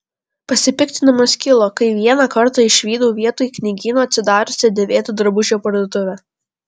pasipiktinimas kilo kai vieną kartą išvydau vietoj knygyno atsidariusią dėvėtų drabužių parduotuvę